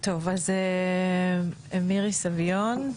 מירי סביון,